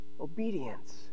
obedience